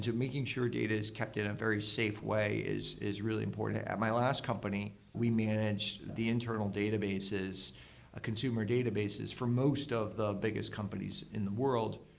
making sure data is kept in a very safe way is is really important. at my last company, we managed the internal databases ah consumer databases for most of the biggest companies in the world.